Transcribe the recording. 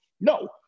No